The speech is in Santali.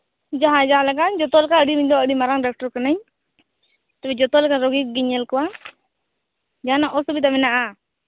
ᱡᱟᱦᱟᱸᱭ ᱡᱟᱦᱟᱸ ᱞᱮᱠᱟ ᱡᱚᱛᱚᱞᱮᱠᱟᱱ ᱟᱹᱞᱤᱧ ᱫᱚ ᱟᱹᱰᱤ ᱢᱟᱨᱟᱝ ᱰᱚᱠᱴᱚᱨ ᱠᱟᱱᱟᱹᱧ ᱛᱚᱵᱮ ᱡᱚᱛᱚᱞᱮᱠᱟᱱ ᱨᱩᱜᱤ ᱜᱤᱧ ᱧᱮᱞ ᱠᱚᱣᱟᱧ ᱡᱟᱦᱟᱸ ᱱᱟᱜ ᱚᱥᱩᱵᱤᱫᱟ ᱢᱮᱱᱟᱜᱼᱟ